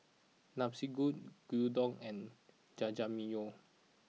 Gyudon and Jajangmyeon